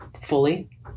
fully